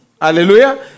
hallelujah